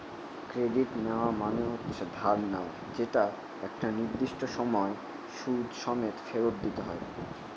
credit নেওয়া মানে হচ্ছে ধার নেওয়া যেটা একটা নির্দিষ্ট সময় সুদ সমেত ফেরত দিতে হয়